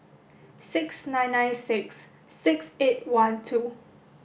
six nine nine six six eight one two